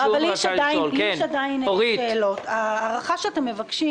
אני רוצה לשאול: ההארכה שאתם מבקשים